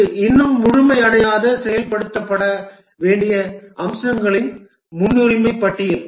இது இன்னும் முழுமையடையாத செயல்படுத்தப்பட வேண்டிய அம்சங்களின் முன்னுரிமை பட்டியல்